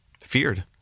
feared